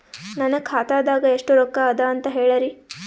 ನನ್ನ ಖಾತಾದಾಗ ಎಷ್ಟ ರೊಕ್ಕ ಅದ ಅಂತ ಹೇಳರಿ?